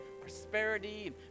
prosperity